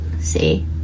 see